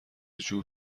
جور